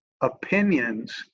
opinions